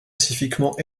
pacifiquement